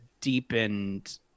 deepened